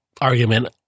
argument